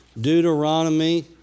Deuteronomy